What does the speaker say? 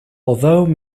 although